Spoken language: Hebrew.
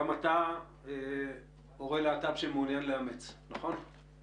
גם אתה הורה להט"ב שמעוניין לאמץ, נכון?